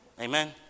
Amen